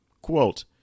Quote